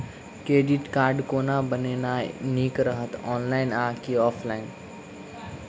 Credit card कोना बनेनाय नीक रहत? ऑनलाइन आ की ऑफलाइन?